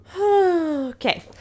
Okay